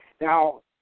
Now